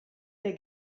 der